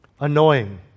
Annoying